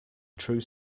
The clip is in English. true